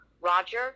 Roger